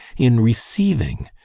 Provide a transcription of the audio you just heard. in receiving,